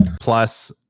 Plus